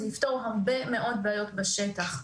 זה יפתור הרבה מאוד בעיות בשטח.